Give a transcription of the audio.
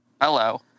Hello